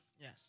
Yes